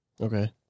Okay